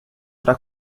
tra